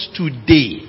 today